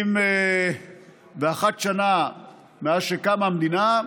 71 שנה מאז שקמה המדינה,